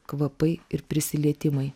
kvapai ir prisilietimai